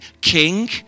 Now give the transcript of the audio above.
king